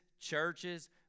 churches